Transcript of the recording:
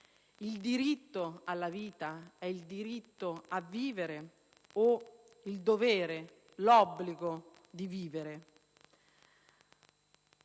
Il diritto alla vita è il diritto a vivere o il dovere, l'obbligo di vivere?